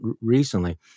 recently